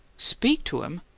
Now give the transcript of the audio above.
speak to em?